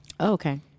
Okay